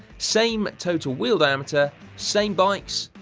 same total wheel diameter, same bikes,